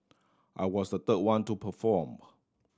I was the third one to perform